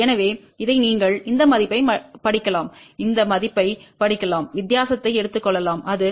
எனவே இதை நீங்கள் இந்த மதிப்பைப் படிக்கலாம் இந்த மதிப்பைப் படிக்கலாம் வித்தியாசத்தை எடுத்துக் கொள்ளலாம் அது L1 0